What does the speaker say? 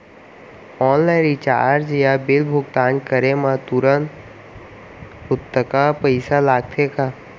Online recharge या bill भुगतान करे मा तुरंत अक्तहा पइसा लागथे का?